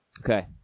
Okay